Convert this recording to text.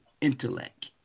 intellect